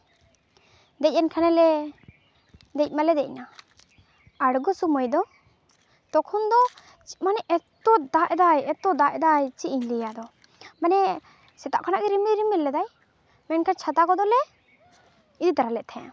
ᱫᱮᱡ ᱮᱱ ᱠᱷᱟᱱᱞᱮ ᱫᱮᱡ ᱢᱟᱞᱮ ᱫᱮᱡ ᱮᱱᱟ ᱟᱬᱜᱚ ᱥᱚᱢᱚᱭ ᱫᱚ ᱛᱚᱠᱷᱚᱱ ᱫᱚ ᱢᱟᱱᱮ ᱮᱛᱚ ᱫᱟᱜ ᱫᱟᱭ ᱮᱛᱚ ᱫᱟᱜ ᱮᱫᱟᱭ ᱪᱮᱫ ᱤᱧ ᱞᱟᱹᱭᱟ ᱟᱨᱚ ᱢᱟᱱᱮ ᱥᱮᱛᱟᱜ ᱠᱷᱚᱱᱟᱜ ᱜᱮ ᱨᱤᱢᱤᱞ ᱨᱤᱢᱤᱞ ᱞᱮᱫᱟᱭ ᱢᱮᱱᱠᱷᱟᱱ ᱪᱷᱟᱛᱟ ᱠᱚᱫᱚᱞᱮ ᱤᱫᱤ ᱛᱟᱨᱟ ᱞᱮᱫ ᱛᱟᱦᱮᱸᱜᱼᱟ